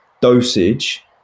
dosage